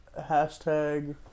hashtag